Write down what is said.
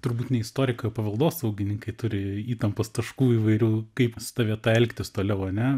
turbūt ne istorikai o paveldosaugininkai turi įtampos taškų įvairių kaip su ta vieta elgtis toliau ane